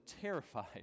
terrified